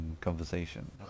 conversation